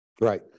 Right